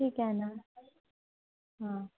ठीक आहे ना हं